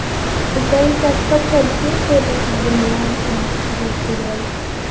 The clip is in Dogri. पैह्लें चैकअप करगे फिर दिंनियां दूसरी दोआई